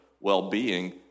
well-being